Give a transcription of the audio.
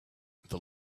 the